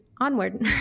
onward